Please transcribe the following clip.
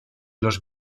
los